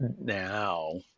now